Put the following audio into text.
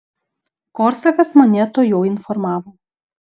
korsakas mane tuojau informavo